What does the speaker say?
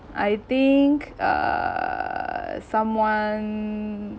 I think uh someone